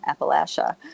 Appalachia